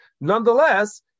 nonetheless